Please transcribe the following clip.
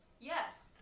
Yes